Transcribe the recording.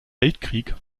weltkrieg